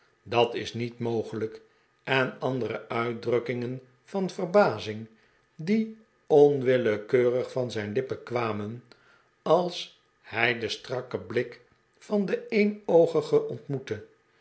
dat is niet mogelijk en andere uitdrukkingen van verbazing die onwillekeurig van zijn lippen kwamen als hij den strakken blik van den eenoogige ontmoette